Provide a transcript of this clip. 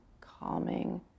calming